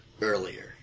earlier